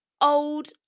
old